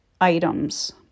items